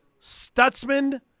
Stutzman